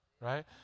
right